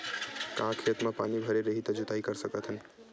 का खेत म पानी भरे रही त जोताई कर सकत हन?